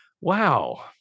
wow